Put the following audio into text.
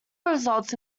results